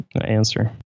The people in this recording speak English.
answer